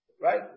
Right